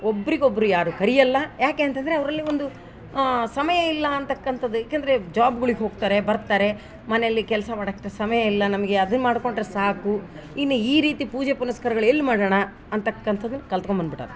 ಒಬ್ರಿಗೊಬ್ಬರು ಯಾರು ಕರಿಯೋಲ್ಲ ಯಾಕೆ ಅಂತಂದರೆ ಅವರಲ್ಲಿ ಒಂದು ಸಮಯ ಇಲ್ಲ ಅಂತಕಂಥದ್ ಯಾಕಂದ್ರೆ ಜಾಬ್ಗಳಿಗ್ ಹೋಗ್ತಾರೆ ಬರ್ತಾರೆ ಮನೆಯಲ್ಲಿ ಕೆಲಸ ಮಾಡೋಕ್ ಸಮಯ ಇಲ್ಲ ನಮಗೆ ಅದನ್ನು ಮಾಡಿಕೊಟ್ರೆ ಸಾಕು ಇನ್ನು ಈ ರೀತಿ ಪೂಜೆ ಪುನಸ್ಕಾರಗಳು ಎಲ್ಲಿ ಮಾಡೋಣ ಅಂತಕಂಥದದು ಕಲಿತ್ಕೊಂಡು ಬಂದ್ಬಿಟ್ಟಾರೆ